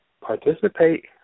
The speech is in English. Participate